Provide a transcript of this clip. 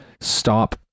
stop